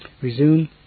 Resume